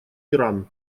иран